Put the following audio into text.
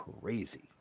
crazy